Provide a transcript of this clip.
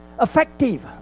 effective